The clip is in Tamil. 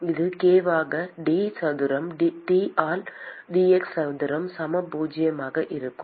இது k ஆக d சதுரம் T ஆல் dx சதுரம் சம பூஜ்ஜியமாக இருக்கும்